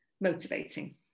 motivating